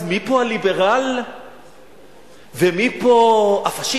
אז מי פה הליברל ומי פה הפאשיסט?